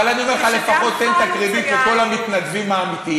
אבל אני אומר לך: לפחות תן את הקרדיט לכל המתנדבים האמיתיים,